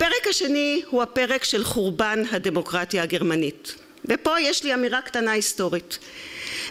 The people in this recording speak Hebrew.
פרק השני הוא הפרק של חורבן הדמוקרטיה הגרמנית, ופה יש לי אמירה קטנה היסטורית,